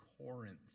Corinth